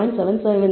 775 இலிருந்து 0